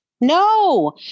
No